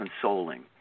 consoling